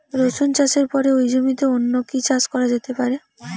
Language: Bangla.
রসুন চাষের পরে ওই জমিতে অন্য কি চাষ করা যেতে পারে?